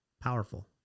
Powerful